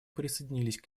присоединились